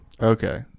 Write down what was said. Okay